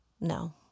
no